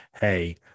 hey